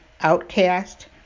Outcast